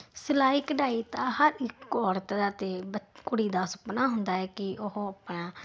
ਸਿਲਾਈ ਕਢਾਈ ਤਾਂ ਹਰ ਇਕ ਔਰਤ ਦਾ ਅਤੇ ਕੁੜੀ ਦਾ ਸੁਪਨਾ ਹੁੰਦਾ ਹੈ ਕਿ ਉਹ ਆਪਣਾ